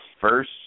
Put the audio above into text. first –